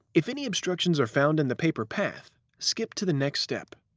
if any obstructions are found in the paper path, skip to the next step.